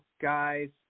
guys